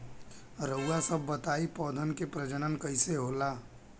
रउआ सभ बताई पौधन क प्रजनन कईसे होला?